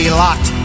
locked